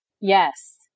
yes